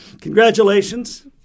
Congratulations